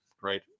right